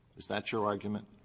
is that your argument?